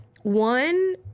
One